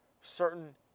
certain